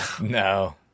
No